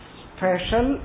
special